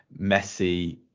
Messi